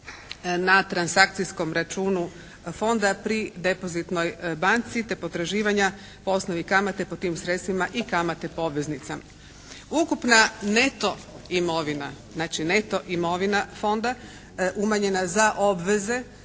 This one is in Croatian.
na transakcijskom računu Fonda pri Depozitnoj banci te potraživanja poslovnih kamata po tim sredstvima i kamate po obveznicama. Ukupna neto imovina, znači neto imovina